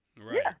Right